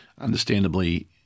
understandably